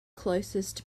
closest